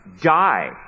die